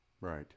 right